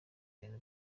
bintu